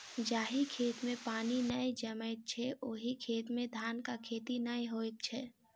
जाहि खेत मे पानि नै जमैत छै, ओहि खेत मे धानक खेती नै होइत छै